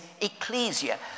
ecclesia